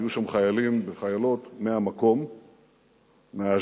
היו שם חיילים וחיילות מהמקום מאשדוד,